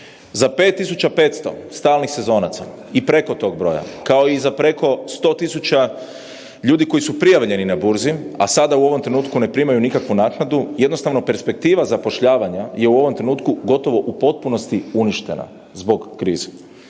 Za 5.500 stalnih sezonaca i preko tog broja kao i za preko 100.000 ljudi koji su prijavljeni na burzi, a sada u ovom trenutku ne primaju nikakvu naknadu jednostavno perspektiva zapošljavanja je u ovom trenutku gotovo u potpunosti uništena zbog krize